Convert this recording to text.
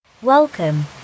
Welcome